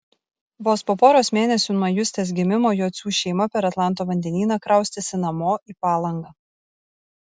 vos po poros mėnesių nuo justės gimimo jocių šeima per atlanto vandenyną kraustėsi namo į palangą